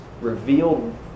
revealed